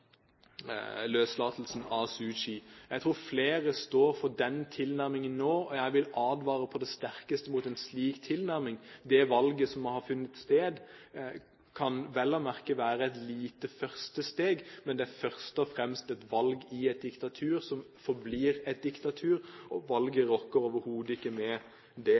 løslatelsen av Suu Kyi. Jeg tror flere står for den tilnærmingen nå, og jeg vil advare på det sterkeste mot en slik tilnærming. Det valget som har funnet sted, kan vel å merke være et lite første steg, men det er først og fremst et valg i et diktatur som forblir et diktatur. Valget rokker overhodet ikke ved det